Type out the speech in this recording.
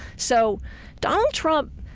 so donald trump,